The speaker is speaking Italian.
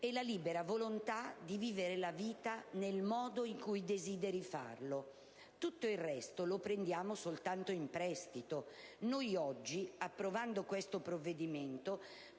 e la libera volontà di vivere la vita nel modo in cui desideri farlo. Tutto il resto lo prendiamo soltanto in prestito». Noi oggi, approvando questo provvedimento,